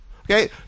Okay